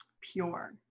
pure